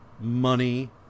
money